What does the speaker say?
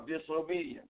disobedience